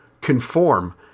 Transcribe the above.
conform